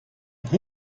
vom